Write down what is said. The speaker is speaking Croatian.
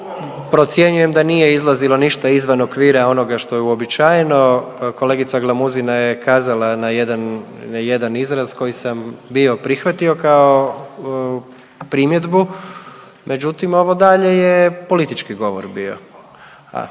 procjenjujem da nije izlazilo ništa izvan okvira onoga što je uobičajeno. Kolegica Glamuzina je kazala na jedan izraz koji sam bio prihvatio kao primjedbu, međutim, ovo dalje je politički govor bio.